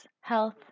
health